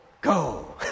go